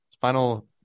final